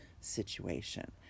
situation